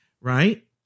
right